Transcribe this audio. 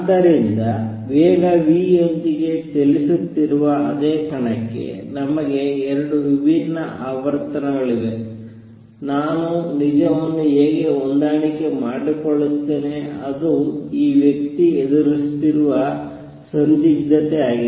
ಆದ್ದರಿಂದ ವೇಗ v ಯೊಂದಿಗೆ ಚಲಿಸುತ್ತಿರುವ ಅದೇ ಕಣಕ್ಕೆ ನಮಗೆ 2 ವಿಭಿನ್ನ ಆವರ್ತನಗಳಿವೆ ನಾನು ನಿಜವನ್ನು ಹೇಗೆ ಹೊಂದಾಣಿಕೆ ಮಾಡಿಕೊಳ್ಳುತ್ತೇನೆ ಅದು ಈ ವ್ಯಕ್ತಿ ಎದುರಿಸುತ್ತಿರುವ ಸಂದಿಗ್ಧತೆ ಆಗಿದೆ